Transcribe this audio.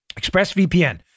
ExpressVPN